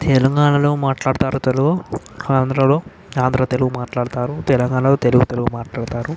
తెలంగాణలో మాట్లాడుతారు తెలుగు ఆంధ్రలో ఆంధ్ర తెలుగు మాట్లాడుతారు తెలంగాణలో తెలుగు తెలుగు మాట్లాడుతారు